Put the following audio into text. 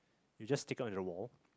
you just stick on the wall